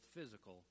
physical